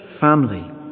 family